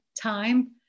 time